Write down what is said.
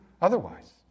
otherwise